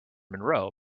monroe